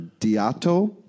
Diato